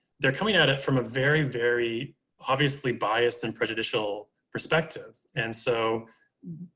they're coming at it from a very, very obviously biased and prejudicial perspective. and so,